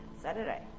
Saturday